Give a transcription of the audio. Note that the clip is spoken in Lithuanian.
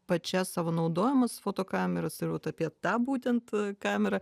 pačias savo naudojamas foto kameras ir vat apie tą būtent kamerą